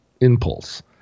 impulse